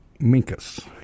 Minkus